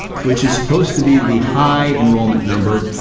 which is supposed to be the high enrollment number,